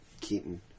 Keaton